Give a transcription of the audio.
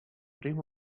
dream